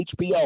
HBO